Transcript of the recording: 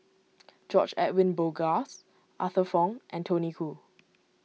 George Edwin Bogaars Arthur Fong and Tony Khoo